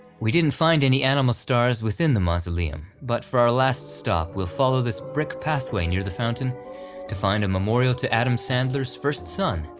we didn't find any animal stars within the mausoleum, but for our last stop we'll follow this brick pathway near the fountain to find a memorial to adam sandler's first son,